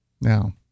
Now